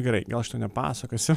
gerai gal šito nepasakosiu